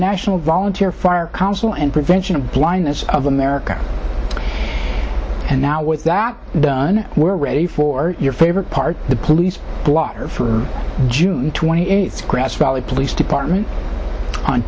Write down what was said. national volunteer fire council and prevention of blindness of america and now with that we're ready for your favorite part the police blotter for june twenty eighth grass valley police department on